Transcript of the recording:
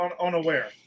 unaware